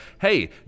hey